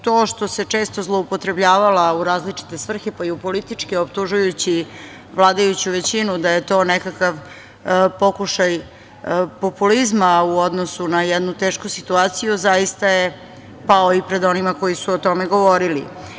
To što se često zloupotrebljavala u različite svrhe, pa i u političke, optužujući vladajuću većinu da je to nekakav pokušaj populizma u odnosu na jednu tešku situaciju, zaista je pao i pred onima koji su o tome govorili.